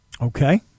Okay